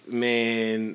man